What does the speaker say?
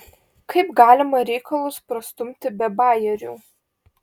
kaip galima reikalus prastumti be bajerių